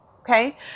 Okay